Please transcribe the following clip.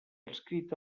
adscrita